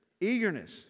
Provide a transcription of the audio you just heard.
Eagerness